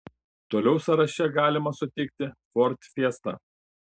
toliau sąraše galima sutikti ford fiesta